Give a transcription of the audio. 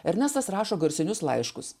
ernestas rašo garsinius laiškus